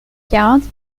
quarante